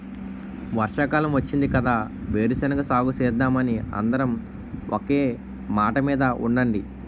వర్షాకాలం వచ్చింది కదా వేరుశెనగ సాగుసేద్దామని అందరం ఒకే మాటమీద ఉండండి